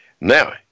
Now